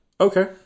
Okay